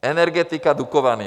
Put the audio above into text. Energetika, Dukovany.